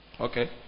Okay